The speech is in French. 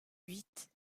huit